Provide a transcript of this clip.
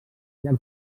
llac